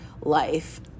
life